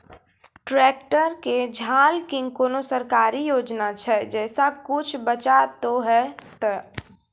Tractor के झाल किंग कोनो सरकारी योजना छ जैसा कुछ बचा तो है ते?